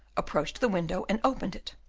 approached the window and opened it,